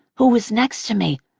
who was next to me,